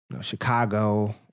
Chicago